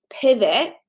pivot